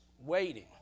waiting